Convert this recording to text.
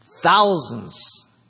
thousands